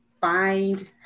find